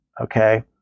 okay